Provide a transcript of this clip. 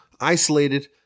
isolated